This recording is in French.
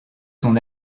son